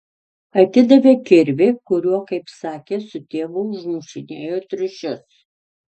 atidavė kirvį kuriuo kaip sakė su tėvu užmušinėjo triušius